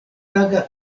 taga